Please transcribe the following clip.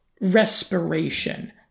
respiration